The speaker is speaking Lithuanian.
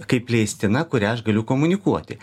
kaip leistina kurią aš galiu komunikuoti